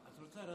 מכובדיי השרים,